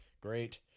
Great